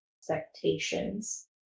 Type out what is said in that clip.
expectations